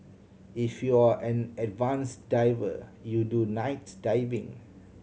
if you're an advanced diver you do night diving